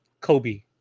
Kobe